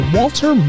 Walter